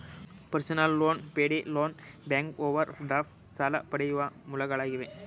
personal loan, payday loan, bank overdraft ಸಾಲ ಪಡೆಯುವ ಮೂಲಗಳಾಗಿವೆ